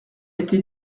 été